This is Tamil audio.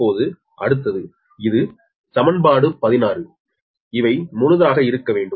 இப்போது அடுத்தது இது சமன்பாடு 16 இவை முழுதாக இருக்க வேண்டும்